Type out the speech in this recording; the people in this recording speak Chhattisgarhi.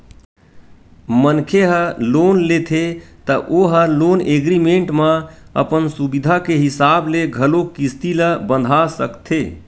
मनखे ह लोन लेथे त ओ ह लोन एग्रीमेंट म अपन सुबिधा के हिसाब ले घलोक किस्ती ल बंधा सकथे